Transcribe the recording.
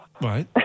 Right